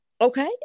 Okay